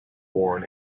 born